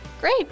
great